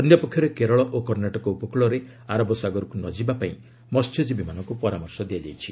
ଅନ୍ୟପକ୍ଷରେ କେରଳ ଓ କର୍ଷାଟକ ଉପକୂଳରେ ଆରବ ସାଗରକୁ ନଯିବା ପାଇଁ ମହ୍ୟଜୀବୀମାନଙ୍କୁ ପରାମର୍ଶ ଦିଆଯାଇଛି